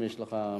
בבקשה.